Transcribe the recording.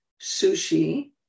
sushi